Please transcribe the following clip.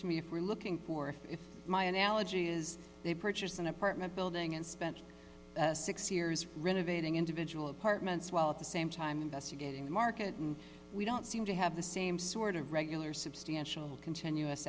to me if we're looking for if my analogy is a purchase an apartment building and spent six years renovating individual apartments while at the same time investigating the market and we don't seem to have the same sort of regular substantial continuous